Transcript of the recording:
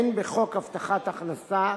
הן בחוק הבטחת הכנסה